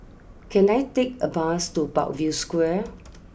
can I take a bus to Parkview Square